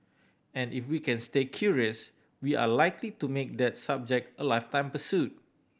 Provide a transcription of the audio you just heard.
and if we can stay curious we are likely to make that subject a lifetime pursuit